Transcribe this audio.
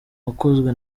wakozwe